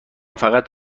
فقط